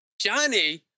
Johnny